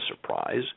surprise